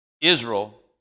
Israel